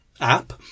app